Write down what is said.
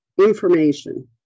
information